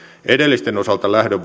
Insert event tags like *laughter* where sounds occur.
edellisten osalta lähdön *unintelligible*